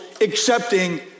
accepting